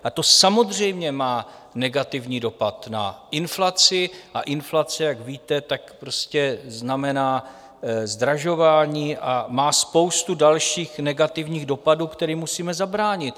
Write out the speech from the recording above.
A to samozřejmě má negativní dopad na inflaci a inflace, jak víte, znamená zdražování a má spoustu dalších negativních dopadů, kterým musíme zabránit.